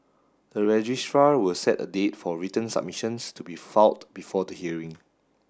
the registrar will set a date for written submissions to be filed before the hearing